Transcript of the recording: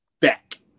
back